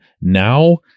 now